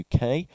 UK